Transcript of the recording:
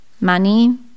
money